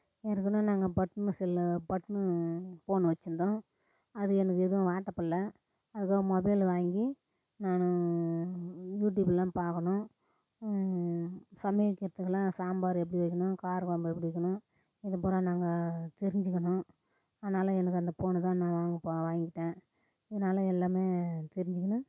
ஏற்கனவே நாங்கள் button cell button phone வச்சிருந்தோம் அது எனக்கு எதுவும் வாட்டப்படலை அதுக்காக மொபைலு வாங்கி நான் யூடியூப்பு எல்லாம் பார்க்கணும் சமையல் கெத்துக்கலாம் சாம்பார் எப்படி வைக்கணும் காரக்குழம்பு எப்படி வைக்கணும் இது பூரா நாங்கள் தெரிஞ்சிக்கணும் அதனால் எனக்கு அந்த போன்னு தான் நான் வாங்க போ வாங்கிக்கிட்டேன் அதனால் எல்லாமே தெரிஞ்சிக்கின்னு